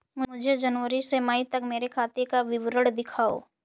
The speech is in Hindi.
मुझे जनवरी से मई तक मेरे खाते का विवरण दिखाओ?